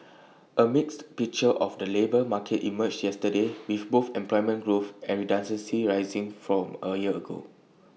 A mixed picture of the labour market emerged yesterday with both employment growth and redundancies rising from A year ago